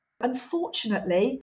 Unfortunately